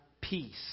peace